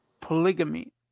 polygamy